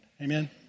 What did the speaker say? Amen